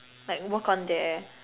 like work on their